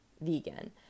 vegan